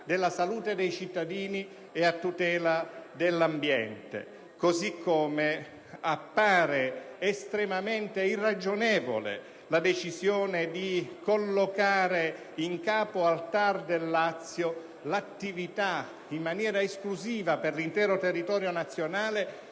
della salute dei cittadini ed a tutela dell'ambiente. Appare estremamente irragionevole la decisione di collocare in capo al TAR del Lazio la competenza, in maniera esclusiva per l'intero territorio nazionale,